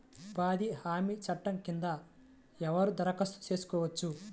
ఉపాధి హామీ చట్టం కింద ఎవరు దరఖాస్తు చేసుకోవచ్చు?